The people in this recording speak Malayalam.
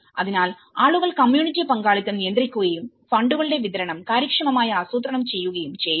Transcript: അതിനാൽആളുകൾ കമ്മ്യൂണിറ്റി പങ്കാളിത്തം നിയന്ത്രിക്കുകയും ഫണ്ടുകളുടെ വിതരണം കാര്യക്ഷമമായി ആസൂത്രണം ചെയ്യുകയും ചെയ്യുന്നു